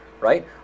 Right